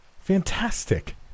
Fantastic